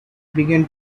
began